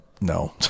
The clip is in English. no